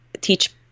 teach –